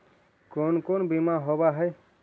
कोन कोन बिमा होवय है?